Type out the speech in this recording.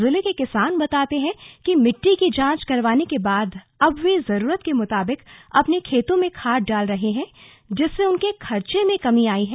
जिले के किसान बताते हैं कि मिट्टी की जांच करवाने के बाद अब वे जरूरत के मुताबिक अपने खेतों में खाद डाल रहे हैं जिससे उनके खर्चे में कमी आई है